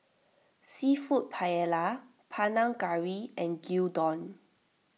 Seafood Paella Panang Curry and Gyudon